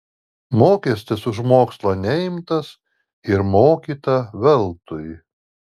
mokestis už mokslą neimtas ir mokyta veltui